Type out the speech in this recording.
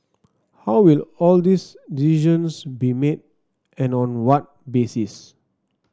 how will all these decisions be made and on what basis